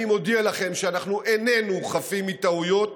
אני מודיע לכם שאנחנו איננו חפים מטעויות,